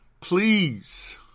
Please